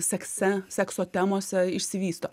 sekse sekso temose išsivysto